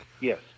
Yes